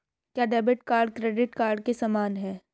क्या debit card credit card के समान है?